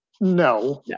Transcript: no